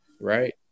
right